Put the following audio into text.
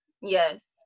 Yes